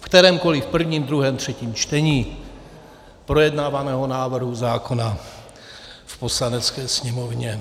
V kterémkoliv v prvním druhém, třetím čtení projednávaného návrhu zákona v Poslanecké sněmovně.